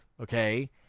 okay